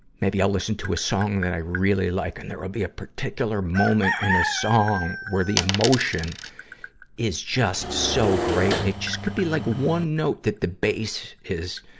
maybe i'll listen to a song that i really like. and there will be a particular moment in a song where the emotion is just so great. and it just could be like one note that the bass is,